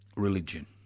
Religion